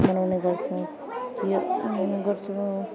मनाउने गर्छ वा मनाउने गर्छौँ